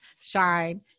shine